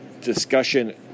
discussion